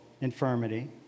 infirmity